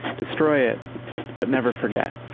destroy it but never forget.